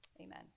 Amen